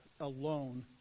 alone